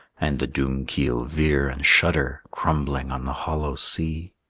and the doomkeel veer and shudder, crumbling on the hollow sea.